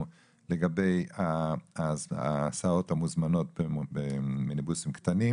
לגבי ההסעות המוזמנות במיניבוסים קטנים,